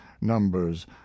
numbers